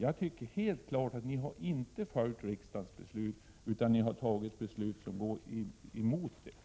Jag tycker det är helt klart att ni inte har följt riksdagens beslut, utan ert ställningstagande går emot detta.